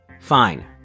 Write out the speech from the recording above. Fine